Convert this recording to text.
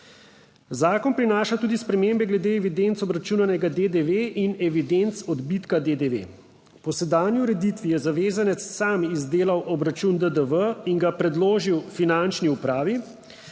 Zakon prinaša tudi spremembe glede evidenc obračunanega DDV in evidenc odbitka DDV. Po sedanji ureditvi je zavezanec sam izdelal obračun DDV in ga predložil finančni upravi.